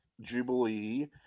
Jubilee